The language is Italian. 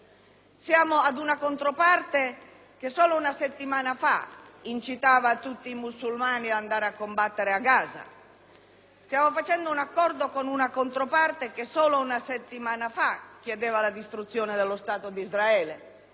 fronte ad una controparte che solo una settimana fa incitava tutti i musulmani ad andare a combattere a Gaza; stiamo facendo un accordo con una controparte che solo una settimana fa chiedeva la distruzione dello Stato di Israele;